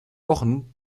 wochen